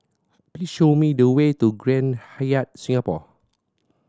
please show me the way to Grand Hyatt Singapore